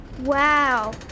Wow